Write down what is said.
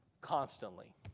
constantly